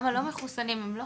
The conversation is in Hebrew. גם הלא מחוסנים הם לא